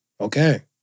Okay